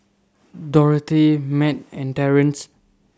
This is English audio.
Dorthey Mat and Terence